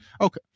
Okay